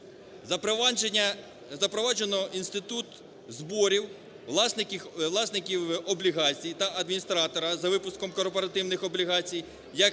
Запроваджено інститут зборів власників облігацій та адміністратора за випуском корпоративних облігацій